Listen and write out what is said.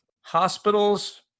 Hospitals